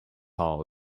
hall